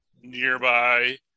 nearby